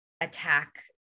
attack